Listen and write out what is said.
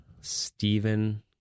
Stephen